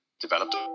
developed